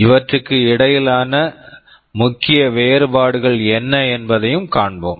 இவற்றுக்கு இடையிலான முக்கிய வேறுபாடுகள் என்ன என்பதையும் காண்போம்